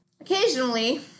Occasionally